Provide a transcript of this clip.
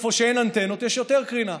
איפה שאין אנטנות יש יותר קרינה.